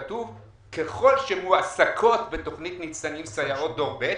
כתוב "ככל שמועסקות בתוכנית ניצנים סייעות דור ב',